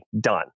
done